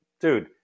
Dude